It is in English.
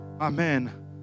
Amen